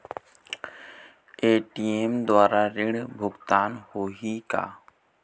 ATM द्वारा ऋण भुगतान होही का?